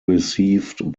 received